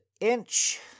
inch